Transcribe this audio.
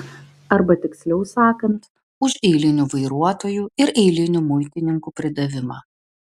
arba tiksliau sakant už eilinių vairuotojų ir eilinių muitininkų pridavimą